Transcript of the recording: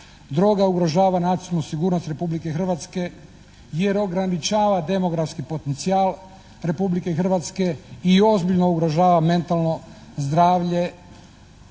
Droga ugrožava nacionalnu sigurnost Republike Hrvatske jer ograničava demografski potencijal Republike Hrvatske i ozbiljno ugrožava mentalno zdravlje